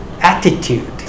attitude